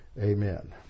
Amen